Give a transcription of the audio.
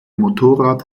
motorrad